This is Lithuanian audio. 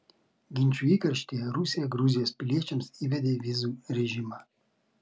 ginčų įkarštyje rusija gruzijos piliečiams įvedė vizų režimą